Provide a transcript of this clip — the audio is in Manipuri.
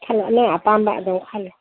ꯈꯜꯂꯣ ꯅꯪ ꯑꯄꯥꯝꯕ ꯑꯗꯨꯝ ꯈꯜꯂꯣ